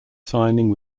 signing